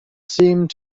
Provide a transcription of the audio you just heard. seemed